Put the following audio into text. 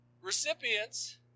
recipients